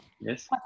Yes